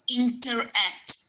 interact